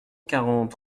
quarante